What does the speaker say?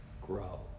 grow